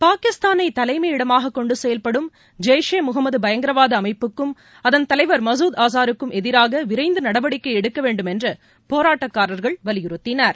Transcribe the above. பாகிஸ்தானை தலைமையிடமாக கொண்டு செயல்படும் ஜெய்ஷ் இ முகமது பயங்கரவாத அமைப்புக்கும் அதள் தலைவர் மசூத் ஆசாருக்கும் எதிராக விரைந்து நடவடிக்கை எடுக்க வேண்டும் என்று போராட்டக்காரர்கள் வலியுறுத்தினர்